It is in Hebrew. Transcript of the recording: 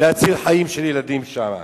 להציל חיים של ילדים שם.